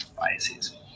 biases